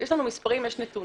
יש לנו מספרים, יש נתונים.